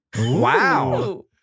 Wow